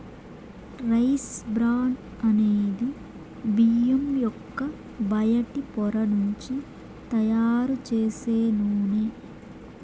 rice bran అనేది బియ్యం యొక్క బయటి పొర నుంచి తయారు చేసే నూనె